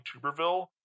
Tuberville